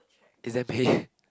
is that pay